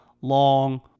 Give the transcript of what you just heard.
long